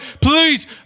Please